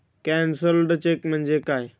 Cancelled cheque म्हणजे काय?